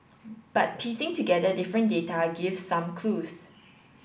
but piecing together different data gives some clues